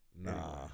Nah